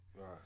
Right